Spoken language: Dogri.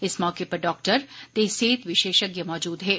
इस मौके पर डाक्टर ते सेहत विशेषज्ञ मौजूद हे